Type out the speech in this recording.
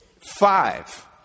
five